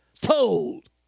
told